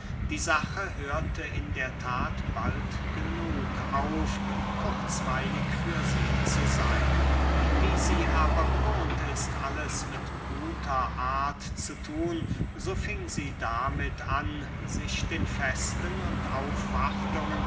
die sache hörte in der that bald genug auf kurzweilig für sie zu seyn wie sie aber gewohnt ist alles mit guter art zu thun so fing sie damit an sich den festen und aufwartungen